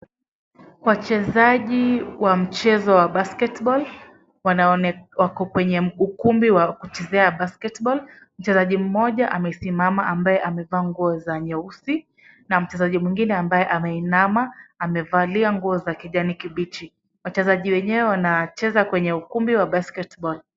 Wachezaji wa mchezo wa basketball wanaonekana wako kwenye ukumbi wa kuchezea basketball .Mchezaji mmoja amesimama ambaye amevaa nguo za nyeusi na mchezaji mwingine ameinama amevalia nguo za kijani kibichi. Wachezaji wenyewe wako katika ukumbi wa basketball .